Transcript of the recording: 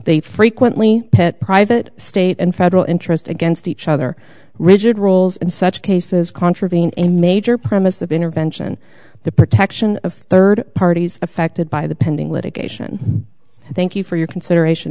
they frequently private state and federal interest against each other rigid rules and such cases contravene a major premise of intervention the protection of third parties affected by the pending litigation thank you for your consideration